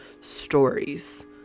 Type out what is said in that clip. stories